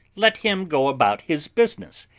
let him go about his business,